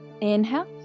Inhale